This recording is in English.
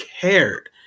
cared